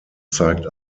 zeigt